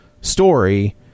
story